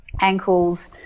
ankles